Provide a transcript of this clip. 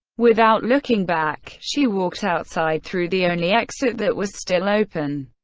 without looking back, she walked outside through the only exit that was still open.